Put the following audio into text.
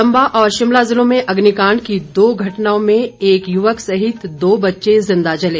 चंबा और शिमला ज़िलों में अग्निकांड की दो घटनाओं में एक युवक सहित दो बच्चें जिंदा जले